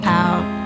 out